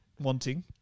Wanting